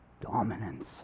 dominance